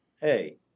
hey